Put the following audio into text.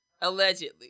Allegedly